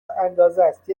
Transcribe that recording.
اندازست